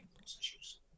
issues